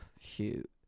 shoot